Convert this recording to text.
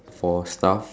for stuff